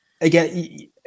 again